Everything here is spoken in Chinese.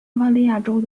巴伐利亚州